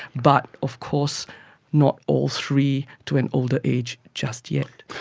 but of course not all three to an older age just yet.